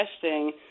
testing